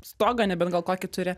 stogą nebent gal kokį turi